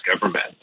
government